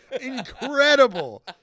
incredible